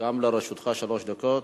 גם לרשותך שלוש דקות.